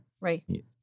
Right